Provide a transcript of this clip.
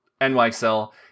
NYXL